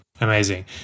Amazing